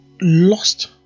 lost